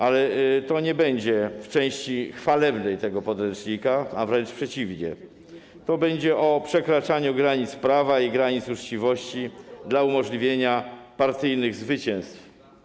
Ale to nie będzie w części chwalebnej tego podręcznika, a wręcz przeciwnie - to będzie o przekraczaniu granic prawa i granic uczciwości dla umożliwienia partyjnych zwycięstw.